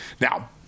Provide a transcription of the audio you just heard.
Now